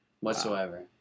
Whatsoever